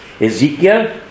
Ezekiel